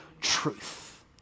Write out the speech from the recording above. truth